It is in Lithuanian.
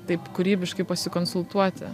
taip kūrybiškai pasikonsultuoti